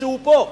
שהוא פה.